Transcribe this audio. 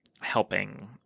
helping